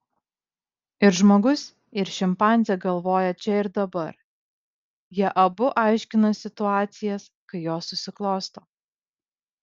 ir žmogus ir šimpanzė galvoja čia ir dabar jie abu aiškina situacijas kai jos susiklosto